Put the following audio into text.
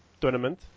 tournament